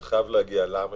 למה?